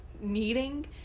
needing